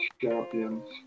champions